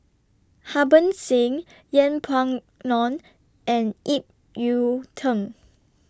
Harbans Singh Yeng Pway Ngon and Ip Yiu Tung